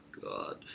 God